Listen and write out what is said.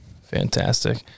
Fantastic